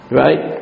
right